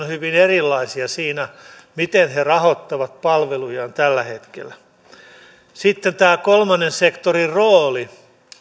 hyvin erilaisia siinä miten ne rahoittavat palvelujaan tällä hetkellä sitten tämä kolmannen sektorin rooli